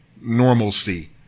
normalcy